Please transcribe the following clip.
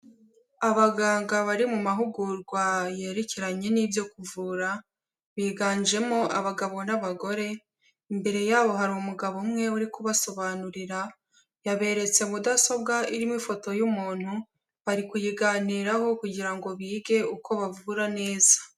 Abaganga bari mu mahugurwa yerekeranye n'ibyo kuvura, biganjemo abagabo n'abagore, imbere yabo hari umugabo umwe uri kubasobanurira, yaberetse mudasobwa irimo ifoto y'umuntu, bari kuyiganiraho kugira ngo bige uko bavura neza.